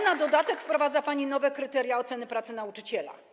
Na dodatek wprowadza pani nowe kryteria oceny pracy nauczyciela.